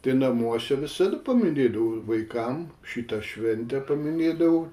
tai namuose visada paminėdavau vaikam šitą šventę paminėdavau